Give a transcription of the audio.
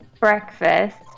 breakfast